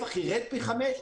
והנפח ירד פי חמישה?